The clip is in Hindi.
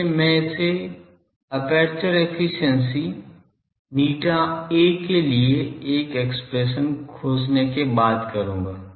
इसलिए मैं इसे एपर्चर एफिशिएंसी ηA के लिए एक एक्सप्रेशन खोजने के बाद करूँगा